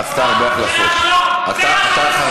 חברת הכנסת מיכל בירן, בבקשה.